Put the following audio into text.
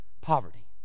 poverty